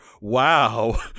Wow